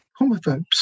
homophobes